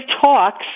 talks